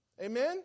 Amen